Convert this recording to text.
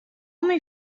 myn